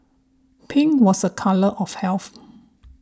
pink was a colour of health